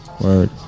word